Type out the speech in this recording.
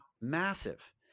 massive